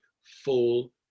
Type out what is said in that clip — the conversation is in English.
full